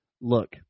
look